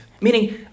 Meaning